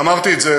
אמרתי את זה.